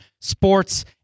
sports